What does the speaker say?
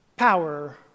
power